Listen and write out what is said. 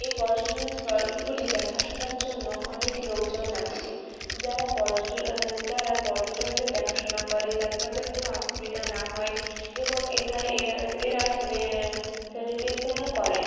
এই পর্যটন স্পটগুলি দেখাশোনার জন্য অনেক লোকজন আছে যারা যারা পর্যটনদের দেখাশোনা করে যাতে তাদের কোনো অসুবিধা না হয় এবং এখানে এর এরা সেনিটেশনও করে